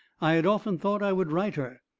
i had often thought i would write her.